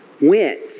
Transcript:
went